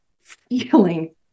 feeling